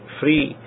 free